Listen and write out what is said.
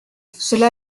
cela